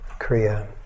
Kriya